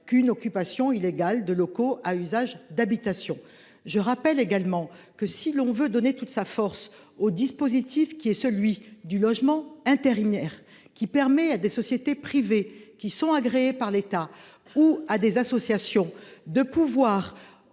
qu'une occupation illégale de locaux à usage d'habitation. Je rappelle également que si l'on veut donner toute sa force au dispositif qui est celui du logement intérimaire qui permet à des sociétés privées qui sont agréés par l'État ou à des associations de pouvoir